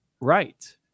right